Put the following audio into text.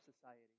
society